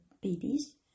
babies